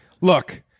Look